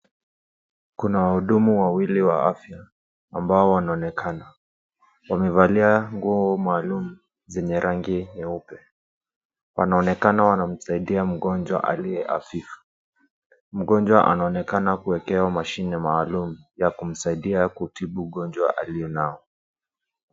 Kuna wahudumu wawili wa afya ambao wanaonekana wamevalia nguo maalum zenye rangi nyeupe. Wanaonekana wanamsaidia mgonjwa aliye hafifu. Mgonjwa anaonekana kuwekewa mashine maalum ya kumsaidia kutibu ugonjwa alionao.